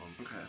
Okay